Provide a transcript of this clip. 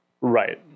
Right